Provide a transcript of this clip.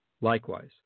Likewise